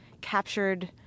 captured